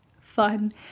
fun